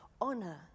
honor